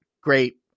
great